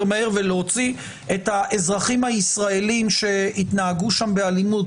מהר ולהוציא את האזרחים הישראלים שהתנהגו באלימות,